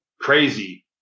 crazy